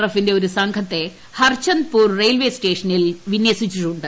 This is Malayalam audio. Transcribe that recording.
എഫിന്റെ ഒരു സംഘത്തെ ഹർചന്ദ്പൂർ റെയിൽവെ സ്റ്റേഷനിൽ വിന്യസിച്ചിട്ടുണ്ട്